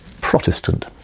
Protestant